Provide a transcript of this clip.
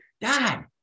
Dad